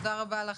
תודה רבה.